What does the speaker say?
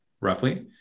roughly